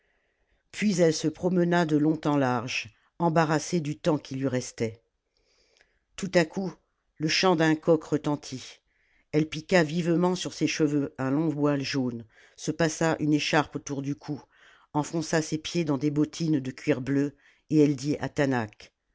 puis elle se promena de long en large embarrassée du temps qui lui restait tout à coup le chant d'un coq retentit elle piqua vivement sur ses cheveux un long voile jaune se passa une écharpe autour du cou enfonça ses pieds dans des bottines de cuir bleu et elle dit à